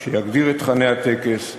והפוליטי, אני יודעת בקווים כלליים מה המתווה,